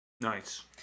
Nice